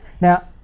Now